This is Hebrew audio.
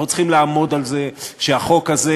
אנחנו צריכים לעמוד על זה שהחוק הזה,